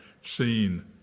seen